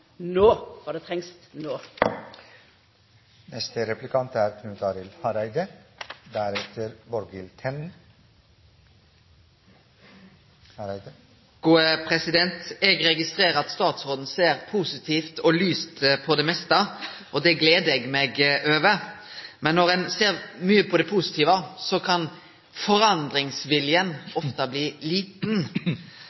det trengst no. Eg registrerer at statsråden ser positivt og lyst på det meste, og det gler eg meg over. Men når ein ser mykje på det positive, kan forandringsviljen